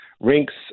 rinks